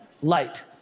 Light